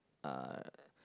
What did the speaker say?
uh